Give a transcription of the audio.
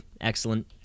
excellent